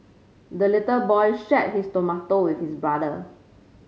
the little boy shared his tomato with his brother